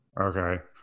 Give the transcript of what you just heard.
Okay